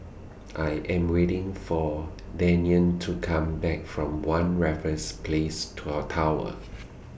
I Am waiting For Deion to Come Back from one Raffles Place Tour Tower